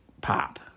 pop